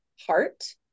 heart